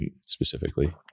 specifically